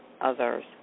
others